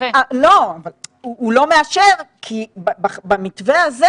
כי אין מתווה.